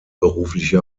berufliche